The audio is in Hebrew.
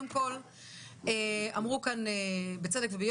יצא מכתב של